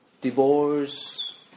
divorce